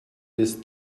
bis